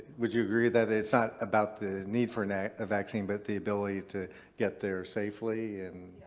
would you agree that it's not about the need for and a vaccine, but the ability to get there safely and.